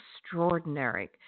extraordinary